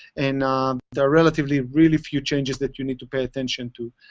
and there are relatively really few changes that you need to pay attention to.